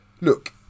look